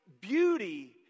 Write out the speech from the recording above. beauty